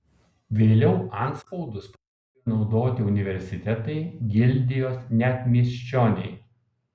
vėliau antspaudus pradėjo naudoti universitetai gildijos net miesčioniai